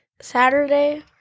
Saturday